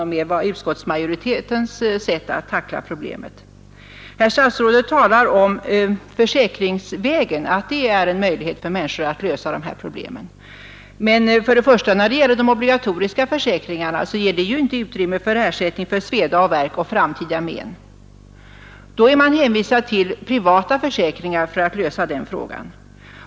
Herr statsrådet talar om att människor har möjlighet att försäkringsvägen hålla sig skadeslösa. Men de obligatoriska försäkringarna ger inte utrymme för ersättning för sveda och värk och framtida men. Då är man hänvisad till privata försäkringar för att lösa frågan.